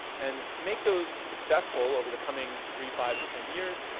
and to make those successful over the coming three, five and ten years,